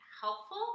helpful